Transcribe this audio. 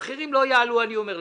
המחירים לא יעלו, אני אומר לכם.